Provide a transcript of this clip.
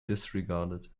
disregarded